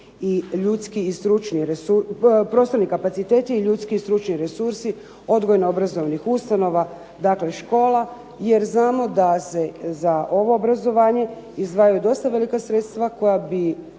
prostorni kapaciteti i ljudski i stručni resursi odgojno-obrazovnih ustanova, dakle škola, jer znamo da se za ovo obrazovanje izdvajaju dosta velika sredstva koja bi